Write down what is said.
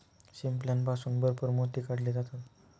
शिंपल्यापासून भरपूर मोती काढले जातात